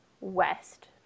west